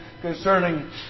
concerning